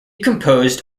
composed